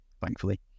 thankfully